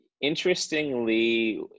interestingly